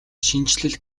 шинэчлэл